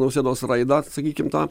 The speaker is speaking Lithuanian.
nausėdos raidą sakykim tą